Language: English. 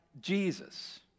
Jesus